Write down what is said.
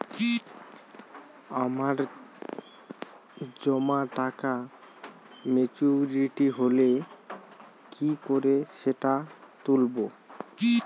আমার জমা টাকা মেচুউরিটি হলে কি করে সেটা তুলব?